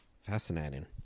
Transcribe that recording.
Fascinating